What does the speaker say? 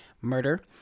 Murder